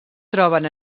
troben